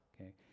okay